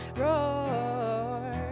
roar